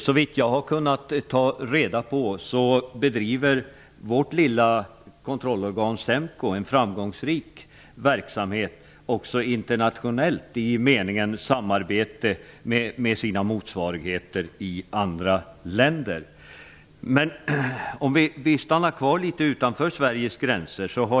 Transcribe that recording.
Såvitt jag har kunnat få reda på bedriver vårt lilla kontrollorgan SEMKO en framgångsrik verksamhet också internationellt i meningen samarbete med sina motsvarigheter i andra länder. Låt oss stanna kvar utanför Sveriges gränser.